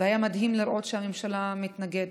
היה מדהים לראות שהממשלה מתנגדת.